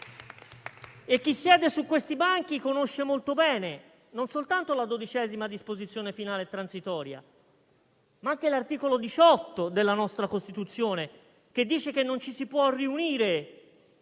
Chi siede su questi banchi conosce molto bene non soltanto la XII disposizione transitoria e finale, ma anche l'articolo 18 della nostra Costituzione, che dice che non ci si può riunire